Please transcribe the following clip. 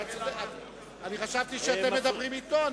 אני חשבתי שאתם מדברים אתו.